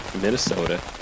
Minnesota